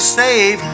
save